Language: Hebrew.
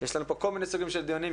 יש לנו פה כל מיני סוגים של דיונים.